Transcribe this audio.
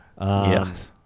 Yes